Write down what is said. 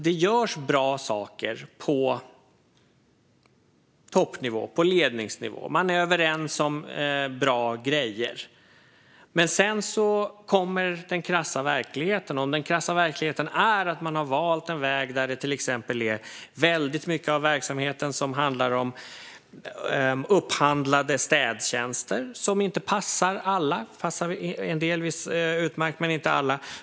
Det görs bra saker på toppnivå och på ledningsnivå. Man är överens om bra grejer. Men sedan kommer den krassa verkligheten. Och den krassa verkligheten kanske är att man har valt en väg där det till exempel är väldigt mycket av verksamheten som handlar om upphandlade städtjänster som inte passar alla. Det kan passa en del utmärkt, men inte alla.